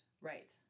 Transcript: Right